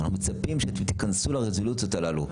אנחנו מצפים שתיכנסו לרזולוציות הללו.